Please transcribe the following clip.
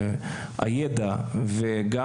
הידע וגם